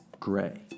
Gray